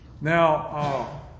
Now